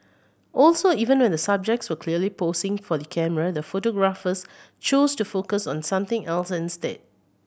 also even when the subjects were clearly posing for the camera the photographers chose to focus on something else instead